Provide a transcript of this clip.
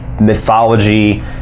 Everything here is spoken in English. mythology